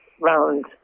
round